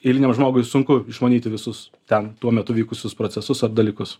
eiliniam žmogui sunku išmanyti visus ten tuo metu vykusius procesus ar dalykus